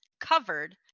covered